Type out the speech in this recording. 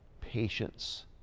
Patience